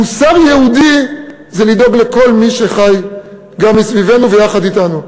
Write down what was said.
מוסר יהודי זה לדאוג לכל מי שחי גם מסביבנו ויחד אתנו.